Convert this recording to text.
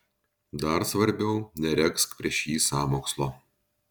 dar svarbiau neregzk prieš jį sąmokslo